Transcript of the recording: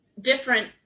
different